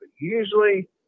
usually